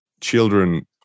children